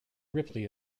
ripley